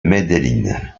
medellín